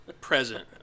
present